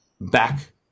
back